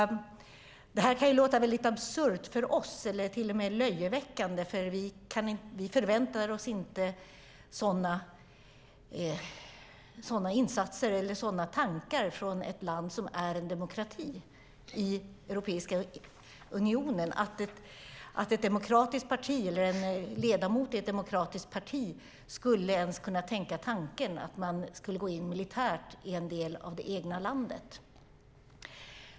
Det här kan låta absurt för oss eller till och med löjeväckande, för vi förväntar oss inte att en ledamot i ett demokratiskt parti i ett land som är en demokrati i Europeiska unionen ens skulle tänka tanken att man skulle gå in militärt i en del av det egna landet.